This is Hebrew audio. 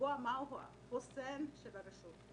לקבוע מה הוא החוסן של הרשות.